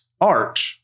Art